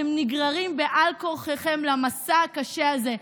אתם נגררים בעל כורחכם למסע הקשה הזה,